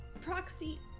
Proxy